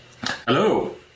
Hello